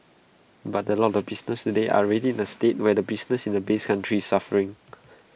but A lot of businesses today are already in A state where the business in the base country is suffering